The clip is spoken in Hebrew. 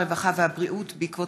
הרווחה והבריאות בעקבות